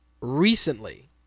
recently